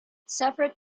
separate